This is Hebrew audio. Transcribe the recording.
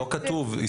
לא כתוב.